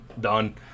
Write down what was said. done